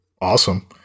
Awesome